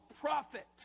prophet